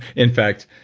in fact,